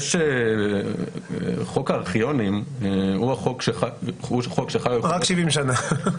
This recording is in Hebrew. חוק הארכיונים הוא חוק שחל -- רק 70 שנה...